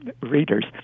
readers